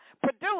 produce